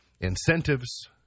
incentives